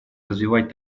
развивать